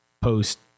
post